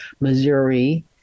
Missouri